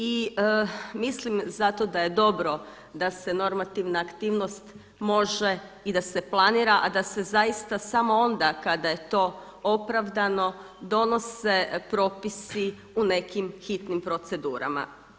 I mislim zato da je dobro da se normativna aktivnost može i da se planira a da se zaista samo onda kada je to opravdano donose propisi u nekim hitnim procedurama.